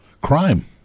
crime